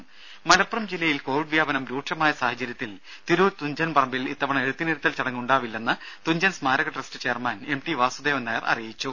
രംഭ മലപ്പുറം ജില്ലയിൽ കോവിഡ് വ്യാപനം രൂക്ഷമായ സാഹചര്യത്തിൽ തിരൂർ തുഞ്ചൻ പറമ്പിൽ ഇത്തവണ എഴുത്തിനിരുത്തൽ ചടങ്ങ് ഉണ്ടാകില്ലെന്ന് തുഞ്ചൻ സ്മാരക trust chairman M T Vasudevan Nair അറിയിച്ചു